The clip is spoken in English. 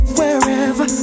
Wherever